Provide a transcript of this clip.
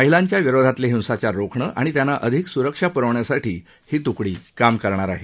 महिलांच्या विरोधातले हिंसाचार रोखणे आणि त्यांना अधिक सुरक्षा पुरवण्यासाठी ही तुकडी काम करेल